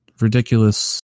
ridiculous